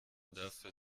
dafür